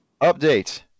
Update